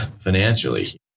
financially